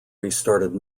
restarted